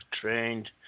trained